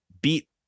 beat